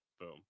boom